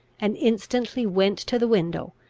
and instantly went to the window,